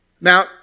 Now